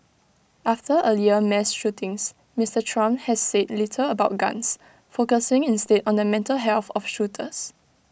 after earlier mass shootings Mister Trump has said little about guns focusing instead on the mental health of shooters